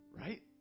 right